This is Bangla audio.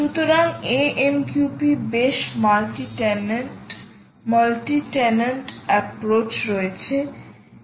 সুতরাং AMQP বেশ multi tenant multi tenant approach রয়েছে এবং মাল্টি হোস্ট রয়েছে